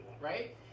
right